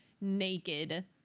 naked